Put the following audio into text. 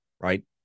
right